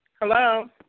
hello